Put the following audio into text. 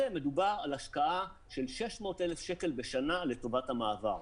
מדובר על השקעה של 600,000 שקל בשנה לטובת המעבר.